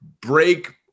break